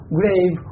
grave